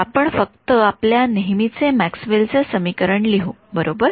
तर आपण फक्त आपल्या नेहमीचे मॅक्सवेल चे समीकरण लिहू बरोबर